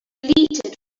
deleted